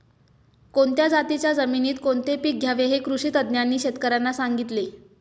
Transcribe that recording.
कोणत्या जातीच्या जमिनीत कोणते पीक घ्यावे हे कृषी तज्ज्ञांनी शेतकर्यांना सांगितले